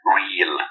real